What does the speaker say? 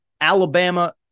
Alabama